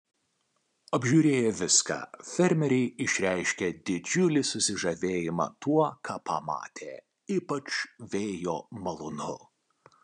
apžiūrėję viską fermeriai išreiškė didžiulį susižavėjimą tuo ką pamatė ypač vėjo malūnu